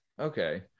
Okay